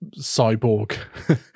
cyborg